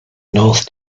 north